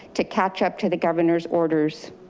to catch up to the governor's orders.